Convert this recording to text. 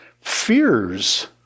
fears